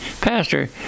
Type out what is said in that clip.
Pastor